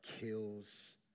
kills